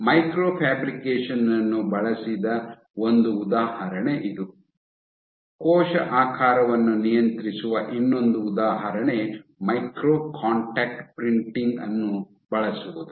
micro fabrication ಅನ್ನು ಬಳಸಿದ ಒಂದು ಉದಾಹರಣೆ ಇದು ಕೋಶ ಆಕಾರವನ್ನು ನಿಯಂತ್ರಿಸುವ ಇನ್ನೊಂದು ಉದಾಹರಣೆ ಮೈಕ್ರೋ ಕಾಂಟ್ಯಾಕ್ಟ್ ಪ್ರಿಂಟಿಂಗ್ ಅನ್ನು ಬಳಸುವುದು